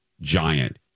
giant